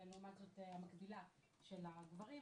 ולעומת זאת המקבילה של הגברים,